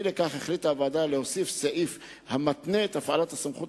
אי לכך החליטה הוועדה להוסיף סעיף המתנה את הפעלת הסמכויות